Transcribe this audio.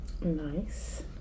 Nice